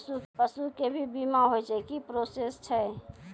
पसु के भी बीमा होय छै, की प्रोसेस छै?